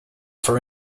for